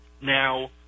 Now